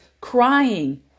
crying